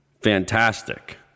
fantastic